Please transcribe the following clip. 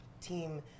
team